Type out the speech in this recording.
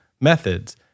methods